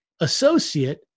associate